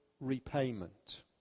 repayment